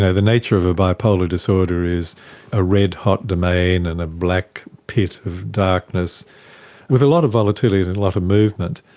the nature of a bipolar disorder is a red-hot domain and a black pit of darkness with a lot of volatility and a lot of movement.